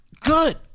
good